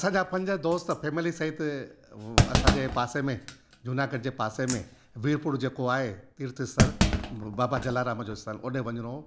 असांजा पंज दोस्त फैमिली सहित असांजे पासे में जूनागढ़ जे पासे में वीर पुर जेको आहे तीर्थ स्थल सर बाबा जलाराम जो स्थल ओॾे वञिणो